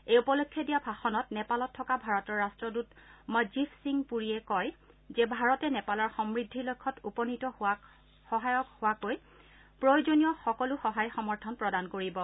এই উপলক্ষে দিয়া ভাষণত নেপালত থকা ভাৰতৰ ৰাট্টদূত মঞ্জীভ সিং পুৰীয়ে কয় যে ভাৰতে নেপালৰ সমূদ্ধিৰ লক্ষ্যত উপনীত হোৱাত সহায়ক হোৱাকৈ প্ৰয়োজনীয় সকলো সহায় সমৰ্থন আগবঢ়াব